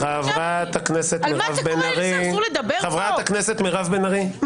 חברת הכנסת מירב בן ארי,